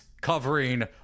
covering